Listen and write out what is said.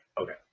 Okay